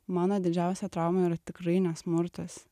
mano didžiausia trauma yra tikrai ne smurtas